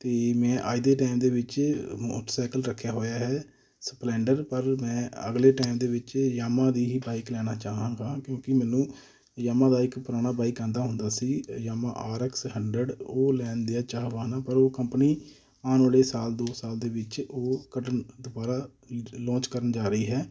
ਅਤੇ ਮੈਂ ਅੱਜ ਦੇ ਟਾਈਮ ਦੇ ਵਿੱਚ ਮੋਟਰਸਾਈਕਲ ਰੱਖਿਆ ਹੋਇਆ ਹੈ ਸਪਲੈਂਡਰ ਪਰ ਮੈਂ ਅਗਲੇ ਟਾਈਮ ਦੇ ਵਿੱਚ ਯਾਮਾ ਦੀ ਹੀ ਬਾਈਕ ਲੈਣਾ ਚਾਹਾਂਗਾ ਕਿਉਂਕਿ ਮੈਨੂੰ ਯਾਮਾ ਦਾ ਇੱਕ ਪੁਰਾਣਾ ਬਾਈਕ ਆਉਂਦਾ ਹੁੰਦਾ ਸੀ ਯਾਮਾ ਆਰ ਐਕਸ ਹੰਡਰਡ ਉਹ ਲੈਣ ਦਾ ਚਾਹਵਾਨ ਹਾਂ ਪਰ ਉਹ ਕੰਪਨੀ ਆਉਣ ਵਾਲੇ ਸਾਲ ਦੋ ਸਾਲ ਦੇ ਵਿੱਚ ਉਹ ਕੱਢਣ ਦੁਬਾਰਾ ੲ ਲੋਂਚ ਕਰਨ ਜਾ ਰਹੀ ਹੈ